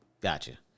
gotcha